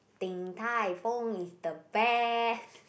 Din-Tai-Fung is the best